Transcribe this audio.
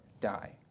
die